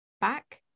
back